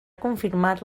confirmar